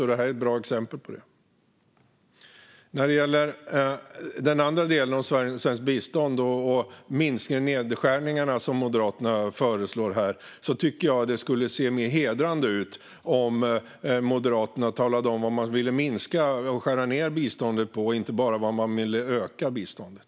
Detta är ett bra exempel på det. När det gäller den andra delen av svenskt bistånd och de minskningar och nedskärningar som Moderaterna föreslår tycker jag att det skulle se mer hedrande ut om Moderaterna talade om var man vill minska biståndet, inte bara var man vill öka det.